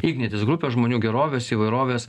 ignitis grupės žmonių gerovės įvairovės